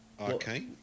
Okay